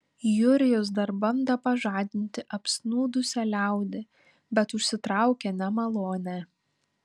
jurijus dar bando pažadinti apsnūdusią liaudį bet užsitraukia nemalonę